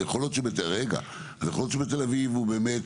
אז יכול להיות שבתל אביב הוא באמת